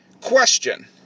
question